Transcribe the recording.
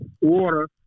water